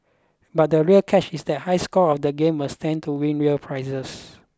but the real catch is that high scorers of the game will stand to win real prizes